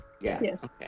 yes